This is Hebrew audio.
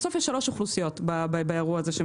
בסוף יש שלוש אוכלוסיות באירוע הזה.